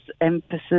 emphasis